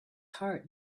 heart